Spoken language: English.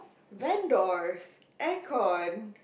vendors aircon